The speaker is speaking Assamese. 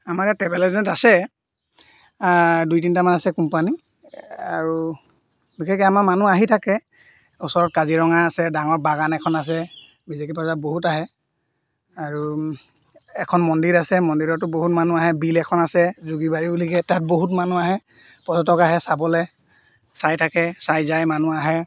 আমাৰ ইয়াত ট্ৰেভেল এজেণ্ট আছে দুই তিনিটামান আছে কোম্পানী আৰু বিশেষকৈ আমাৰ মানুহ আহি থাকে ওচৰত কাজিৰঙা আছে ডাঙৰ বাগান এখন আছে বিদেশী পৰ্যটক বহুত আহে আৰু এখন মন্দিৰ আছে মন্দিৰতো বহুত মানুহ আহে বিল এখন আছে যোগীবাৰী বুলি কয় তাত বহুত মানুহ আহে পৰ্যটক আহে চাবলৈ চাই থাকে চাই যায় মানুহ আহে